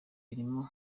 irimo